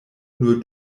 nur